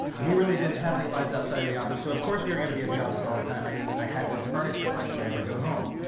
we really didn't have any lives outside of the office. so of course, we were going to be at the office all the time. i mean, i had no furniture. why should i ever go home?